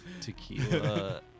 tequila